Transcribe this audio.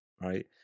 right